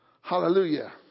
Hallelujah